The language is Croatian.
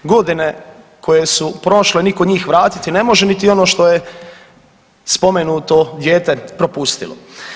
Godine koje su prošle nitko njih vratiti ne može niti ono što je spomenuto dijete propustilo.